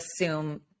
assume